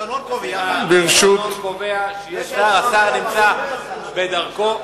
התקנון קובע, השר נמצא בדרכו.